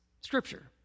Scripture